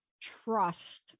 trust